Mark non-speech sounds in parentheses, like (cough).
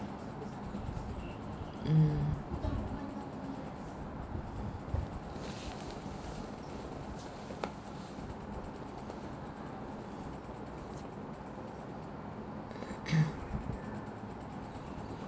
um (coughs)